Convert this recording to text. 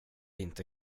inte